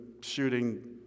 shooting